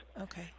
okay